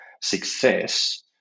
success